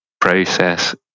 process